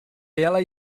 ela